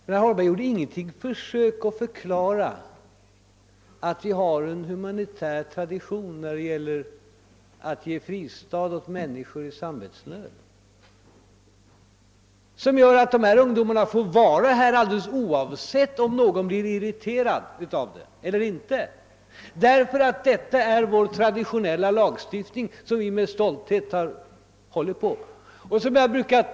Herr Holmberg gjorde inte något försök att förklara att vi har en humanitär tradition när det gäller att ge fristad åt människor i samvetsnöd som gör att dessa ungdomar får stanna här alldeles oavsett om någon blir irriterad av det eller inte. Detta betingas av vår traditionella lagstiftning, som vi med stolthet håller på.